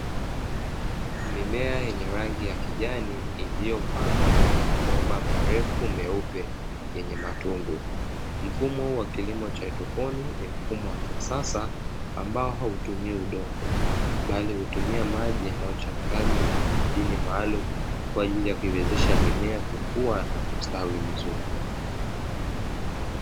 Mimea yenye rangi ya kijani iliyopandwa kwenye mabomba marefu meupe yenye matundu, mfumo huu wa kilimo cha haidroponiki ni mfumo wa kisasa ambao hautumii udongo bali hutumia maji yanayochanganywa na madini maalum kwa ajili ya kuiwezesha mimea kukua na kustawi vizuri.